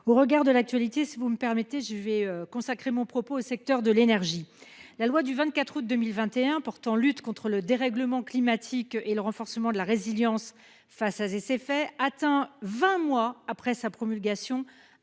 au regard de l'actualité, si vous me permettez je vais consacrer mon propos au secteur de l'énergie. La loi du 24 août 2021 portant lutte contre le dérèglement climatique et le renforcement de la résilience face à ces ces faits atteint 20 mois après sa promulgation,